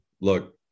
Look